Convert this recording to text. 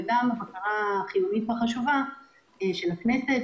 וגם הבקרה החיונית והחשובה של הכנסת,